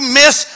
miss